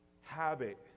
habit